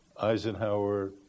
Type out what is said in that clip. Eisenhower